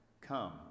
Come